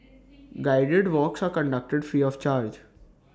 guided walks are conducted free of charge